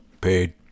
Paid